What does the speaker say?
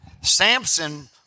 Samson